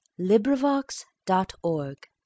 LibriVox.org